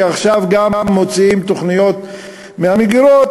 שעכשיו גם מוציאים תוכניות מהמגירות,